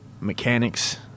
mechanics